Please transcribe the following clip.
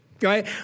Right